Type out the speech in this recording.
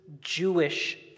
Jewish